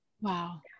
Wow